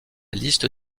liste